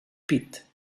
pit